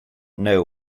know